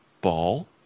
Ball